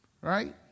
Right